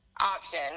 option